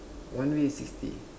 one way is sixty